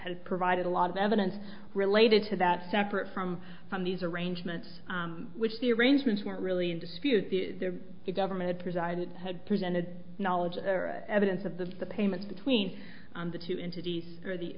has provided a lot of evidence related to that separate from from these arrangements which the arrangements weren't really in dispute the government presided had presented knowledge or evidence of the payments between the two entities or the